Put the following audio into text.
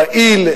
פעיל,